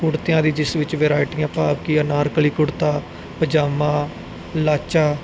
ਕੁੜਤਿਆਂ ਦੀ ਜਿਸ ਵਿੱਚ ਵਰਾਇਟੀਆਂ ਭਾਵ ਕਿ ਅਨਾਰਕਲੀ ਕੁੜਤਾ ਪਜਾਮਾ ਲਾਚਾ